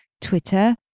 Twitter